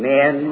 Men